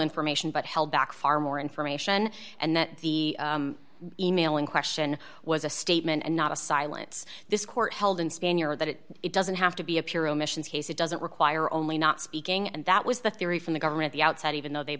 information but held back far more information and that the e mail in question was a statement and not a silence this court held in spanier that it doesn't have to be a pure omissions case it doesn't require only not speaking and that was the theory from the government the outset even though they